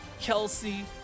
Kelsey